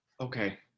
Okay